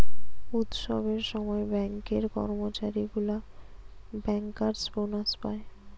উৎসবের সময় ব্যাঙ্কের কর্মচারী গুলা বেঙ্কার্স বোনাস পায়